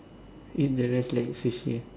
eat the rice like Sushi ah